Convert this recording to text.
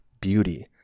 beauty